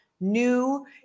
new